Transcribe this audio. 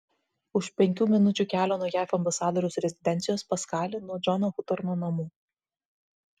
už penkių minučių kelio nuo jav ambasadoriaus rezidencijos paskali nuo džono hotorno namų